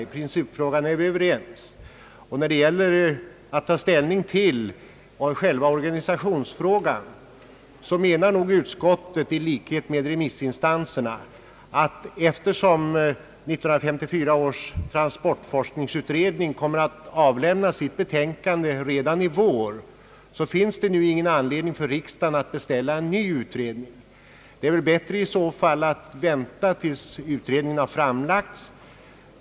Rent principiellt är vi överens, och när det gäller att ta ställning till organisationsfrågan menar utskottet i likhet med remissinstanserna att det nu, eftersom 1964 års transportforskningsutredning kommer att framlägga sitt betänkande redan i vår, inte finns någon anledning för riksdagen att beställa en ny utredning. Det är bättre att vänta till dess att transportforskningsutredningens betänkande blivit framlagt.